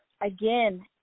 again